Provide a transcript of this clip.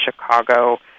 Chicago